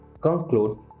conclude